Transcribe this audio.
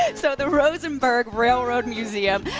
and so the rosenberg railroad museum.